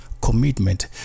Commitment